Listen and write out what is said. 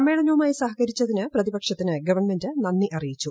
സമ്മേളനവുമായി സഹകരിച്ചതിന് പ്രതിപക്ഷത്തിന് ഗവൺമെന്റ് നന്ദി അറിയിച്ചു